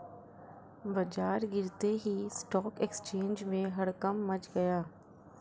बाजार गिरते ही स्टॉक एक्सचेंज में हड़कंप मच गया